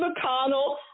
McConnell